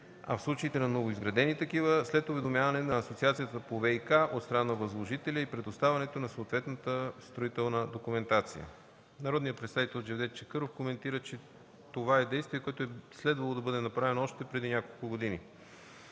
а в случаите на новоизградени такива - след уведомяването на Асоциацията по ВиК от страна възложителя и предоставянето на съответната строителна документация. Народният представител Джевдет Чакъров коментира, че това е действие, което е трябвало да се направи още преди няколко години.